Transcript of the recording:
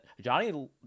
johnny